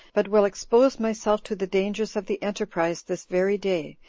but will expose myself to the dangers of the enterprise this very day,